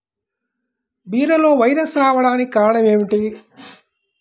బీరలో వైరస్ రావడానికి కారణం ఏమిటి?